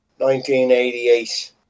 1988